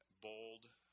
bold